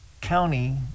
county